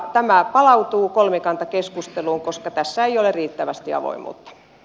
tämä palautuu kolmikantakeskusteluun koska tässä ei ole riittävästi ja vaimot